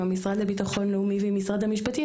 המשרד לביטחון לאומי ועם משרד המשפטים,